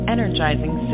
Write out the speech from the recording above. Energizing